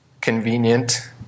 convenient